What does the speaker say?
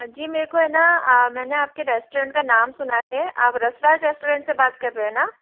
जी मेरे को है ना मैंने आपके रेस्टोरेंट का नाम सुना है आप यशराज रेस्टोरेंट से बात कर रहे हैं ना